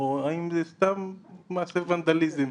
או האם זה סתם מעשה ונדליזם?